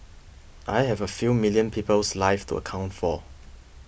I have a few million people's lives to account for